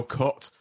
cut